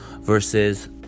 versus